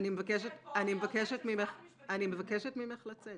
מבקשת ממך לצאת.